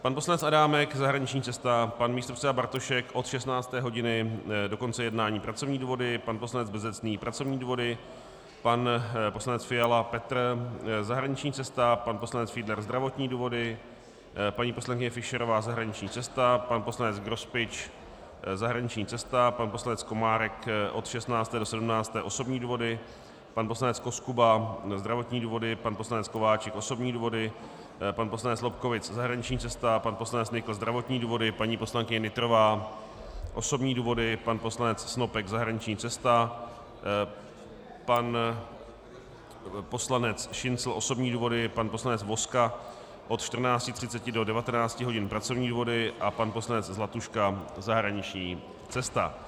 Pan poslanec Adámek zahraniční cesta, pan místopředseda Bartošek od 16. hodiny do konce jednání pracovní důvody, pan poslanec Bezecný pracovní důvody, pan poslanec Fiala Petr zahraniční cesta, pan poslanec Fiedler zdravotní důvody, paní poslankyně Fischerová zahraniční cesta, pan poslanec Grospič zahraniční cesta, pan poslanec Komárek od 16. do 17. hodiny osobní důvody, pan poslanec Koskuba zdravotní důvody pan poslanec Kováčik osobní důvody, pan poslanec Lobkowicz zahraniční cesta, pan poslanec Nykl zdravotní důvody, paní poslankyně Nytrová osobní důvody, pan poslanec Snopek zahraniční cesta, pan poslanec Šincl osobní důvody, pan poslanec Vozka od 14.30 do 19 hodin pracovní důvody a pan poslanec Zlatuška zahraniční cesta.